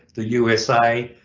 the usa,